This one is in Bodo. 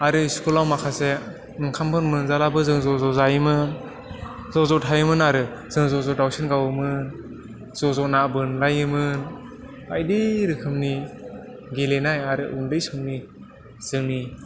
आरो इस्कुलाव माखासे ओंखामबो मोनजाब्लाबो जों ज'ज' जायोमोन ज'ज' थायोमोन आरो जों ज'ज' दावसिन गावोमोन ज'ज' ना बोनलायोमोन बायदि रोखोमनि गेलेनाय आरो उन्दै समनि जोंनि